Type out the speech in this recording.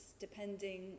depending